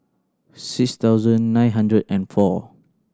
six thousand nine hundred and four